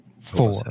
four